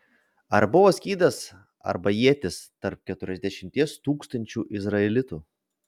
ar buvo skydas arba ietis tarp keturiasdešimties tūkstančių izraelitų